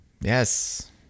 yes